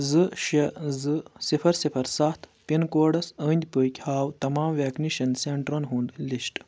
زٕ شےٚ زٕ صِفَر صِفَرسَتھ پِن کوڈس أنٛدۍ پٔکۍ ہاو تمام ویکِنیشن سینٹرن ہُنٛد لسٹ